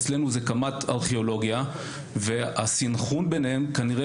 אצלנו זה קמ"ט ארכיאולוגיה והסנכרון ביניהם כנראה